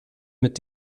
mit